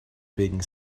being